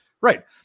Right